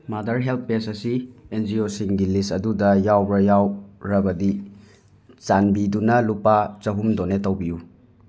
mother help page ꯑꯁꯤ N G ꯑꯣꯁꯤꯡꯒꯤ list ꯑꯗꯨꯗ ꯌꯥꯎꯕ꯭ꯔꯥ ꯌꯥꯎꯔꯕꯗꯤ ꯆꯥꯟꯕꯤꯗꯨꯅ ꯂꯨꯄꯥ ꯆꯍꯨꯝ ꯗꯣꯅꯦꯠ ꯇꯧꯕꯤꯌꯨ